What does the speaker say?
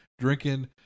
drinking